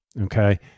Okay